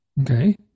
okay